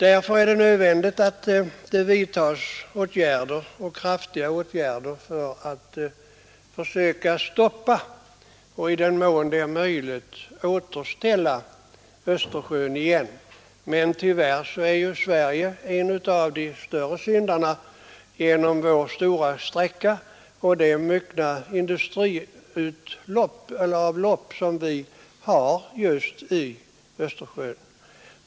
Därför är det nödvändigt att kraftiga åtgärder vidtas för att stoppa föroreningen och, i den mån detta är möjligt, återställa kvaliteten på Östersjöns vatten. Men tyvärr är Sverige i det fallet en av de större syndarna på grund av sin långa kuststräcka och de stora mängder industriavlopp som nu rinner ut i Östersjön.